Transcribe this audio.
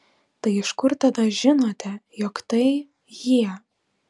tai iš kur tada žinote jog tai jie